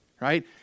Right